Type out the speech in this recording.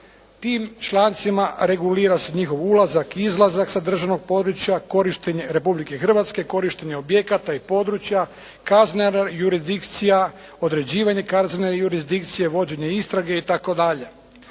Tim člancima regulira se njihov ulazak, izlazak sa državnog područja, korištenje Republke Hrvatske, korištenje objekata i područja, kazna jurisdikcija, određivanje kaznenih jurisdikcija, vođenje istrage itd.